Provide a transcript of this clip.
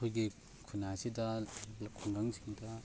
ꯑꯩꯈꯣꯏꯒꯤ ꯈꯨꯟꯅꯥꯏ ꯑꯁꯤꯗ ꯈꯨꯡꯒꯪꯁꯤꯡꯗ